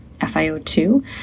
FiO2